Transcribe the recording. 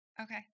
Okay